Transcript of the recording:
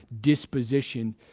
disposition